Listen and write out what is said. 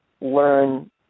learn